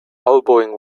elbowing